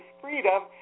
freedom